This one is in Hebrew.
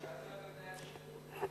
שאלתי רק על תנאי הכשירות.